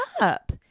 up